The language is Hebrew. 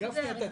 מכן.